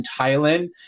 Thailand